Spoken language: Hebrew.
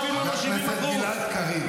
אפילו לא 70%. חבר הכנסת גלעד קריב.